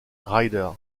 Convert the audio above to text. ryder